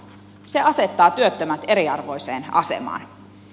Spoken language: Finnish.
se asettaa työttömät eriarvoiseen asemaan